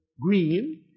Green